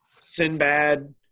Sinbad